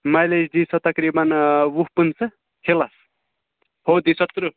mileage دی سۄ تقریٖباً وُہ پٕنٛژٕ ہِلَس ہوٚت دی سۄ تٕرٛہ